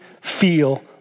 feel